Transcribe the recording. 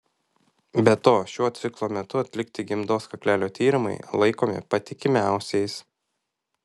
be to šiuo ciklo metu atlikti gimdos kaklelio tyrimai laikomi patikimiausiais